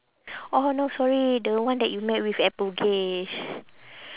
orh no sorry the one that you met with at bugis